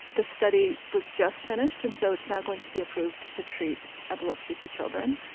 the study was just finished and so it's not going to be approved to treat epilepsy for children.